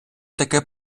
таке